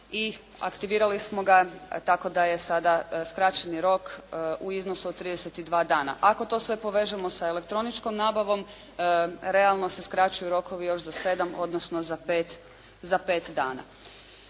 i aktivirali smo ga tako da je sada skraćeni rok u iznosu od 32 dana. Ako to sve povežemo sa elektroničkom nabavom, realno se skraćuju rokovi još za 7,odnsono za 5 dana.